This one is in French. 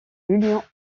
l’union